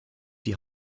die